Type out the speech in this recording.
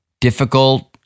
difficult